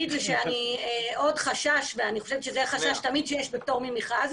עוד חשש וזה חשש שיש תמיד בפטור ממכרז